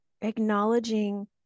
acknowledging